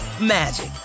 magic